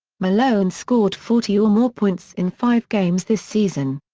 malone scored forty or more points in five games this season.